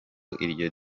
iryo